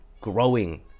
growing